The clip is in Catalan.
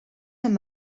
amb